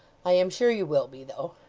i am sure you will be though